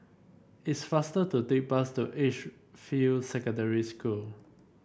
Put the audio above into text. it's faster to take bus to Edgefield Secondary School